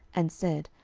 and said,